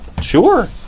Sure